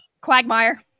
Quagmire